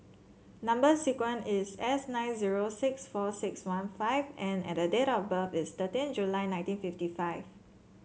number sequence is S nine zero six four six one five N and date of birth is thirteen July nineteen fifty five